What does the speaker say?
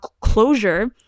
closure